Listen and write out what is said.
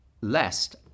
lest